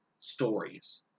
stories